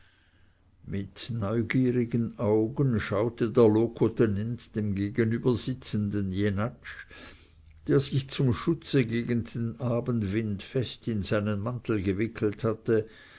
mit neugierigen augen schaute der locotenent dem gegenübersitzenden jenatsch der sich zum schutze gegen den abendwind fest in seinen mantel gewickelt hatte